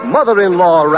Mother-in-Law